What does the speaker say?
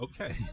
Okay